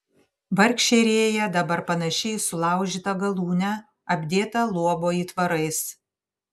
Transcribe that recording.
vargšė rėja dabar panaši į sulaužytą galūnę apdėtą luobo įtvarais